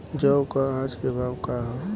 जौ क आज के भाव का ह?